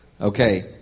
Okay